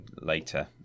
later